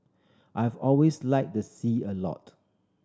I've always liked the sea a lot